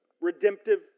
redemptive